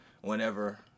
whenever